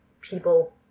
people